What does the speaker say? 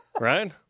right